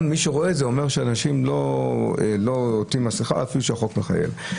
גם מי שרואה את זה אומר שאנשים לא עוטים מסכה אפילו שהחוק מחייב.